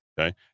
okay